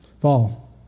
fall